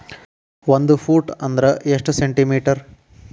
ಒಂದು ಫೂಟ್ ಅಂದ್ರ ಎಷ್ಟು ಸೆಂಟಿ ಮೇಟರ್?